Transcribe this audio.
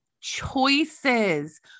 choices